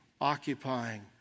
occupying